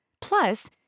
Plus